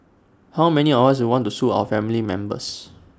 how many of us would want to sue our family members